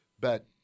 But-